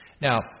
now